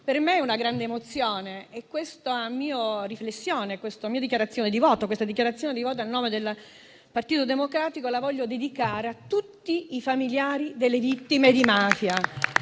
Per me è una grande emozione e questa mia riflessione e dichiarazione di voto a nome del Partito Democratico la voglio dedicare a tutti i familiari delle vittime di mafia